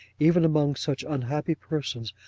even among such unhappy persons,